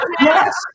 yes